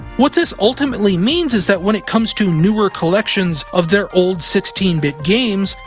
what this ultimately means is that when it comes to newer collections of their old sixteen bit games,